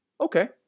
Okay